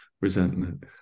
resentment